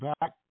back